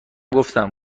گفتم